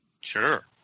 Sure